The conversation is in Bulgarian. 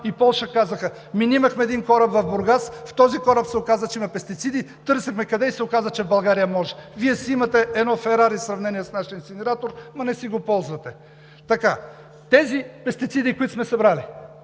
От Полша казаха: „Ние имахме един кораб в Бургас, в този кораб се оказа, че има пестициди. Търсихме къде може да се изгорят и се оказа, че в България може. Вие си имате едно Ферари в сравнение с нашия инсинератор, ама не си го ползвате.“ Тези пестициди, които сме събрали,